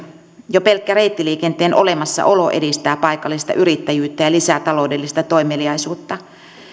jo pelkkä reittiliikenteen olemassaolo edistää paikallista yrittäjyyttä ja lisää taloudellista toimeliaisuutta